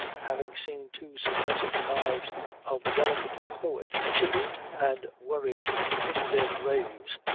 having seen two successive wives of the delicate poet chivied and worried into their graves,